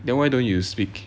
then why don't you speak